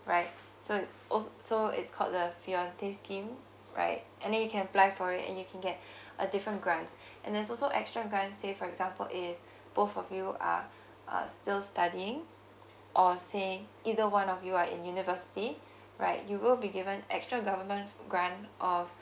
right so oh so it's called the fiancé scheme right and then you can apply for it and you can get a different grants and there's also extra grants say for example if both of you are uh still studying or say either one of you are in university right you will be given extra government grant of